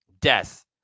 death